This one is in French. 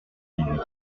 lydie